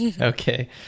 Okay